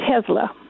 Tesla